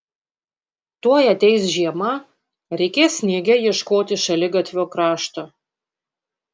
tuoj ateis žiema reikės sniege ieškoti šaligatvio krašto